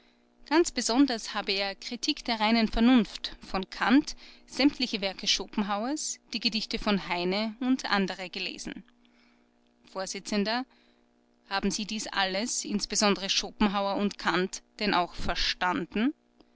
ganz besonders habe er kritik der reinen vernunft von kant sämtliche werke schopenhauers die gedichte von heine u a gelesen vors haben sie dies alles insbesondere schopenhauer und kant denn auch verstanden